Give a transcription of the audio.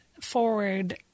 forward